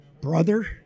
brother